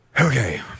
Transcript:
Okay